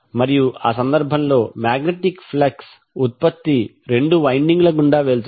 మరియు ఆ సందర్భంలో మాగ్నెటిక్ ఫ్లక్స్ ఉత్పత్తి రెండు వైండింగ్ ల గుండా వెళుతుంది